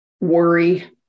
worry